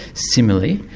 similarly,